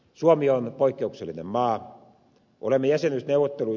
suomi on poikkeuksellinen maa